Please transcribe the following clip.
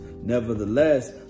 Nevertheless